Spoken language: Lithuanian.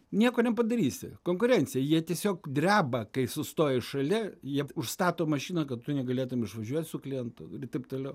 nieko nepadarysi konkurencija jie tiesiog dreba kai sustoji šalia jie užstato mašiną kad tu negalėtum išvažiuot su klientu ir taip toliau